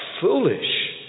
foolish